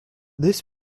this